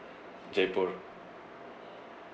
jaipur